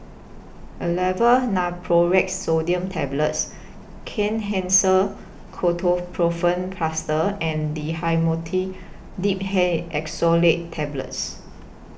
Aleve Naproxen Sodium Tablets Kenhancer Ketoprofen Plaster and Dhamotil Diphenoxylate Tablets